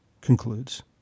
concludes